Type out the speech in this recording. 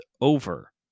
over